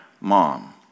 mom